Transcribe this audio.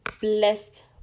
blessed